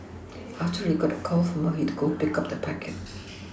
after he got a call from her he would go pick up the packet